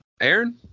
Aaron